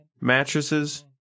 mattresses